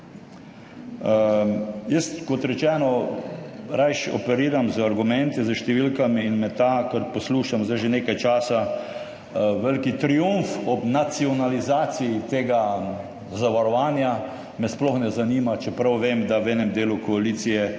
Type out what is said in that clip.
Jaz kot rečeno, rajši operiram z argumenti, s številkami in me ta, kar poslušam zdaj že nekaj časa, veliki triumf ob nacionalizaciji tega zavarovanja, me sploh ne zanima, čeprav vem, da v enem delu koalicije